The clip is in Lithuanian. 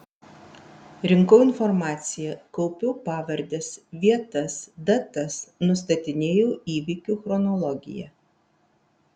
rinkau informaciją kaupiau pavardes vietas datas nustatinėjau įvykių chronologiją